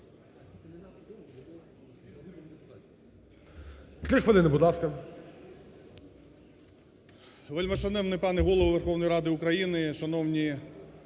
Вельмишановний пане Голово Верховної Ради України, шановні